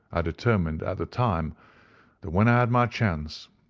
i determined at the time that when i had my chance,